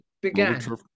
began